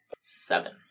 Seven